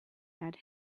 had